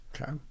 Okay